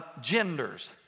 genders